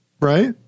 Right